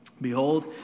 Behold